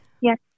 Yes